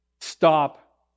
stop